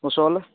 ওচৰলৈ